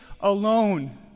alone